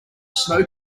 snow